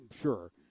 sure